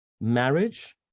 marriage